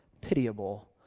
pitiable